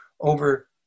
over